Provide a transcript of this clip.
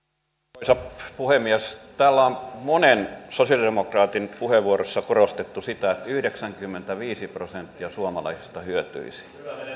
arvoisa puhemies täällä on monen sosialidemokraatin puheenvuorossa korostettu sitä että yhdeksänkymmentäviisi prosenttia suomalaisista hyötyisi